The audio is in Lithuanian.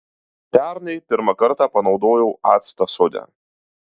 pernai pirmą kartą panaudojau actą sode